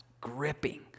gripping